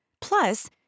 Plus